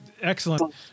Excellent